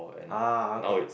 ah okay